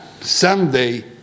someday